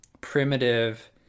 primitive